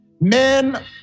men